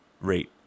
rate